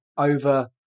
Over